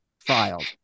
filed